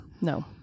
No